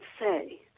say